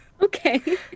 Okay